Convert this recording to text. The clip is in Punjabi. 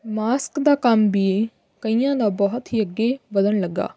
ਮਾਸਕ ਦਾ ਕੰਮ ਵੀ ਕਈਆਂ ਦਾ ਬਹੁਤ ਹੀ ਅੱਗੇ ਵਧਣ ਲੱਗਾ